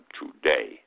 today